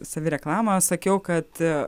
savireklamą sakiau kad